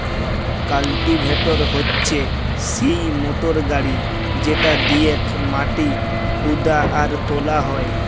cultivator হচ্যে সিই motor গাড়ি যেটা দিয়েক মাটি হুদা আর তোলা হয়